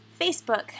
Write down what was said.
Facebook